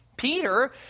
Peter